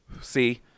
See